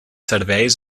serveis